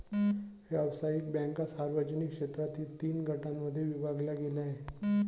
व्यावसायिक बँका सार्वजनिक क्षेत्रातील तीन गटांमध्ये विभागल्या गेल्या आहेत